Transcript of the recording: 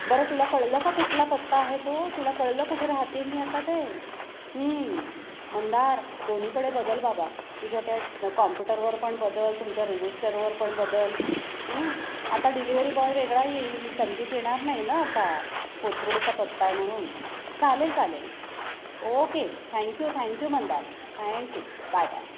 बरं तुला कळलं का कुठला पत्ता आहे तो तुला कळलं कुठे राहते मी आता ते मंदार दोन्हीकडे बदल बाबा तुझ्या त्या कॉम्प्युटरवर पण बदल तुमच्या रजिस्टरवर पण बदल आता डिलिव्हरी बॉय वेगळा येईल संदीप येणार नाही ना आता कोथरूडचा पत्ता आहे म्हणून चालेल चालेल okay thank you thank you Mandar thank you bye bye